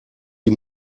die